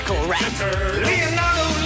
Leonardo